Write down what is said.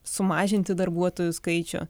sumažinti darbuotojų skaičių